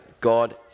God